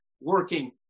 working